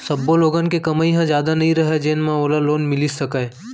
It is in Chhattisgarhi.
सब्बो लोगन के कमई ह जादा नइ रहय जेन म ओला लोन मिल सकय